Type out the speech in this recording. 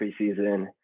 preseason